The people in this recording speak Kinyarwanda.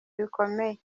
bikomeye